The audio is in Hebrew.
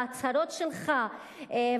ההצהרות שלך,